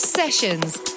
sessions